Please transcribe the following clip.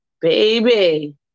Baby